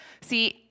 See